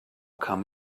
come